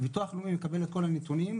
ביטוח לאומי מקבל את כל הנתונים,